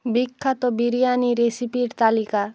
বিখ্যাত বিরিয়ানি রেসিপির তালিকা